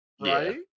Right